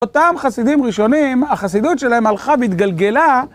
אותם חסידים ראשונים, החסידות שלהם הלכה והתגלגלה.